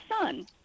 son